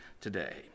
today